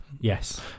Yes